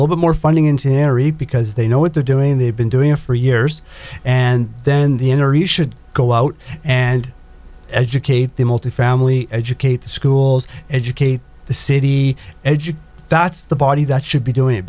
little bit more funding into harry because they know what they're doing they've been doing it for years and then the interview should go out and educate the multifamily educate the schools educate the city educate that's the body that should be doing it